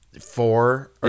four